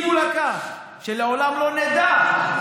אם הוא לקח, שלעולם לא נדע.